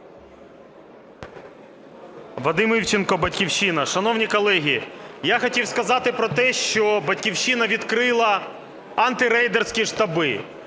Вадим Івченко, "Батьківщина". Шановні колеги, я хотів сказати про те, що "Батьківщина" відкрила антирейдерські штаби.